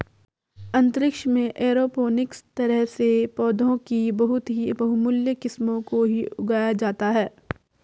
अंतरिक्ष में एरोपोनिक्स तरह से पौधों की बहुत ही बहुमूल्य किस्मों को ही उगाया जाता है